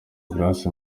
grace